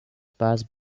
pass